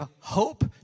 hope